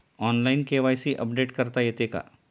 Online KYC update करता येते का?